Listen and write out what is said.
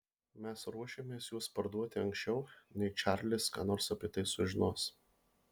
mes ruošiamės juos parduoti anksčiau nei čarlis ką nors apie tai sužinos